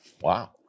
wow